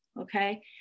okay